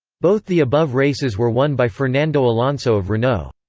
both the above races were won by fernando alonso of renault.